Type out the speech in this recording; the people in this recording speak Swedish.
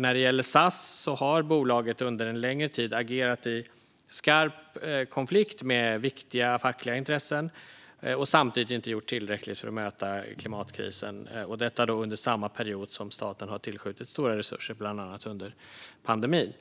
När det gäller SAS har bolaget under en längre tid agerat i skarp konflikt med viktiga fackliga intressen och samtidigt inte gjort tillräckligt för att möta klimatkrisen - och detta under samma period som staten har tillskjutit stora resurser, bland annat under pandemin.